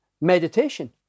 meditation